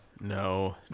No